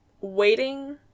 waiting